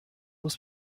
muss